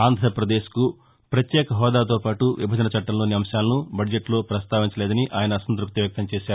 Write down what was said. ఆంధ్రపదేశ్కు ప్రత్యేకహెూదాతోపాటు విభజన చట్టంలోని అంశాలను బడ్జెట్ లో పస్తావించలేదని ఆయన అసంతృప్తి వ్యక్తం చేశారు